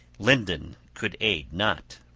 linden could aid not.